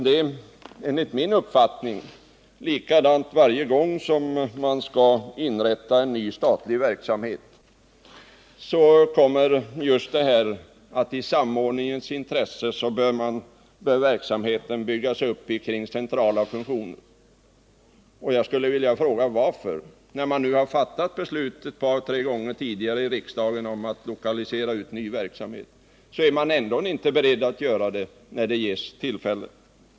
Det är likadant varje gång man skall inrätta en ny statlig verksamhet — då kommer just detta, att ”verksamheten i samordningens intresse bör byggas upp kring centrala funktioner”. Varför? Man har ju fattat beslut ett par tre gånger tidigare i riksdagen om att utlokalisera ny verksamhet, men ändå är man inte beredd att göra detta när det ges tillfälle.